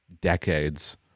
decades